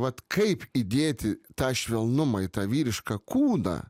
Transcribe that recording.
vat kaip įdėti tą švelnumą į tą vyrišką kūną